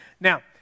Now